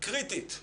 קריטית לפריפריה.